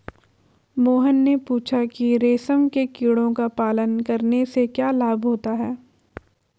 मोहन ने पूछा कि रेशम के कीड़ों का पालन करने से क्या लाभ होता है?